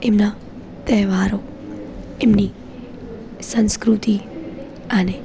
એમના તહેવારો એમની સંસ્કૃતિ અને